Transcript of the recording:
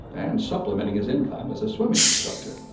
and supplementing his income as a swimming instructor.